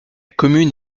commune